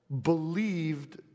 believed